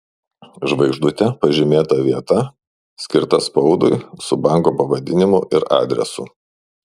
žvaigždute pažymėta vieta skirta spaudui su banko pavadinimu ir adresu